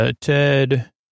Ted